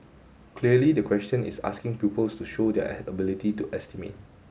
clearly the question is asking pupils to show their ability to estimate